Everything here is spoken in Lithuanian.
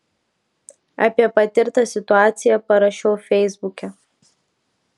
apie patirtą situaciją parašiau feisbuke